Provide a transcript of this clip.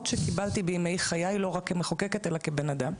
שקיבלתי בימי חיי לא רק כמחוקקת אלא כבן אדם.